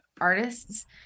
artists